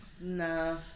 Nah